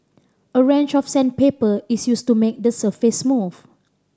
a range of sandpaper is used to make the surface smooth